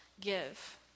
give